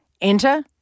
Enter